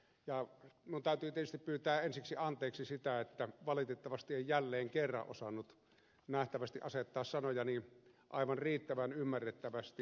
minun täytyy tietysti pyytää ensiksi anteeksi sitä että valitettavasti en jälleen kerran osannut nähtävästi asettaa sanojani aivan riittävän ymmärrettävästi